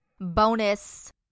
bonus